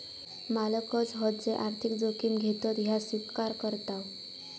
मालकच हत जे आर्थिक जोखिम घेतत ह्या स्विकार करताव